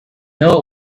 know